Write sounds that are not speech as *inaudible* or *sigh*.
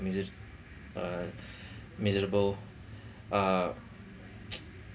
mise~ uh miserable uh *noise*